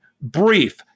brief